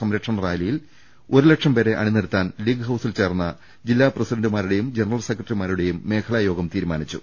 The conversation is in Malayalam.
സംരക്ഷണ റാലിയിൽ ഒരു ലക്ഷം പേരെ അണി നിരത്താൻ ലീഗ് ഹൌസിൽ ചേർന്ന ജില്ലാ പ്രസിഡന്റ് ജനറൽ സെക്രട്ടറിമാരുടെ മേഖലാ യോഗം തീരുമാനിച്ചു